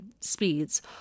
speeds